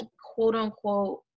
quote-unquote